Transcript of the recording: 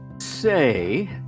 say